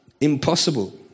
Impossible